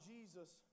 Jesus